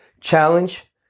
challenge